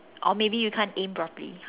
or maybe you can't aim properly